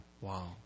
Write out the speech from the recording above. Wow